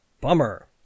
Bummer